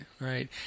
right